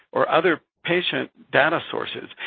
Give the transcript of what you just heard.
or other patient data sources,